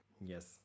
Yes